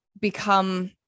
become